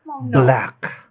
black